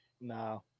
No